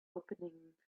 opening